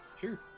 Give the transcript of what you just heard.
sure